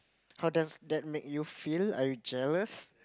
how does that make you feel are you jealous